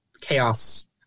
chaos